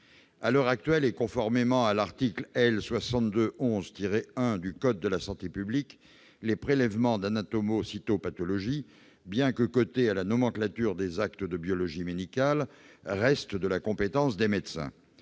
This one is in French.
À l'heure actuelle, conformément à l'article L. 6211-1 du code de la santé publique, les prélèvements d'anatomo-cytopathologie, bien que cotés à la nomenclature des actes de biologie médicale, restent de la compétence des médecins.